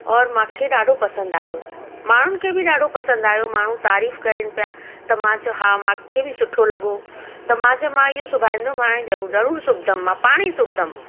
औरि मूंखे ॾाढो पसंदि आहियो माण्हुनि खे बि ॾाढो पसंदि आहियो माण्हू तारीफ़ कनि पिया त मां चयो हा मूंखे बि सुठो लॻो त मां चयमि मां इहो सिबाईंदमि हाणे ज़रूरु ज़रूरु सिबंदमि मां पाणे ई सुभदम